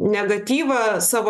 negatyvą savo